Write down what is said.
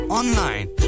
online